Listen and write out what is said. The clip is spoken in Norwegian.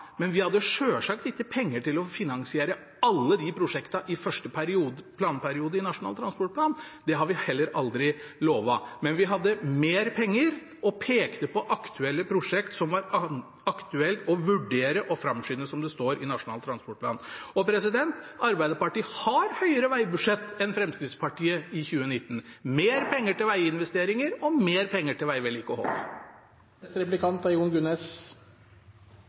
men vi hadde selvsagt ikke penger til å finansiere alle de prosjektene i første planperiode i Nasjonal transportplan. Det har vi heller aldri lovet. Men vi hadde mer penger og pekte på prosjekt som det var aktuelt å vurdere å framskynde, som det står i Nasjonal transportplan. Arbeiderpartiet har større vegbudsjett enn Fremskrittspartiet i 2019 – mer penger til veginvesteringer og mer penger til